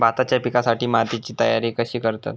भाताच्या पिकासाठी मातीची तयारी कशी करतत?